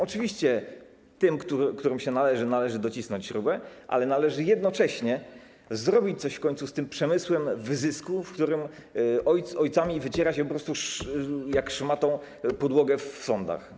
Oczywiście tym, którym się należy, należy docisnąć śrubę, ale jednocześnie trzeba coś w końcu zrobić z tym przemysłem wyzysków, w którym ojcami wyciera się po prostu jak szmatą podłogę w sądach.